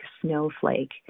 snowflake